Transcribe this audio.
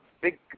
big